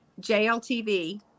JLTV